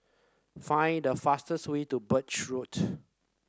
find the fastest way to Birch Road